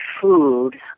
food